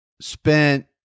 spent